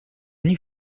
них